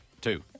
two